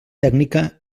tècnica